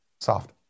soft